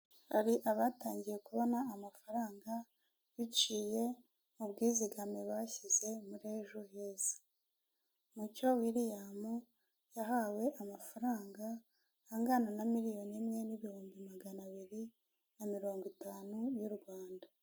Hari abatangiye kubona amafaranga biciye mu bwizigame bashyize muri ejo hezi mucyo Wiriyamu yahawe amafaranga angana na miliyoni imwe n'ibihumbi magana abiri na mirongo itanu y'u rwanda.